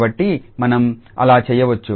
కాబట్టి మనం అలా చేయవచ్చు